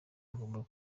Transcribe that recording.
agomba